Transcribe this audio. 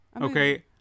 okay